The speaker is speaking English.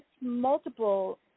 multiple